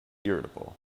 irritable